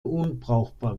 unbrauchbar